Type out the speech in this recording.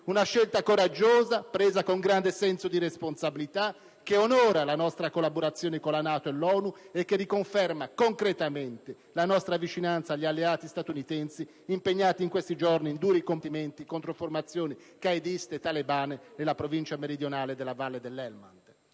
Una scelta coraggiosa, presa con grande senso di responsabilità, che onora la nostra collaborazione con la NATO e l'ONU e che riconferma concretamente la nostra vicinanza agli alleati statunitensi impegnati in questi giorni in duri combattimenti contro formazioni qaediste e talebane nella provincia meridionale della valle dell'Helmand.